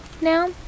now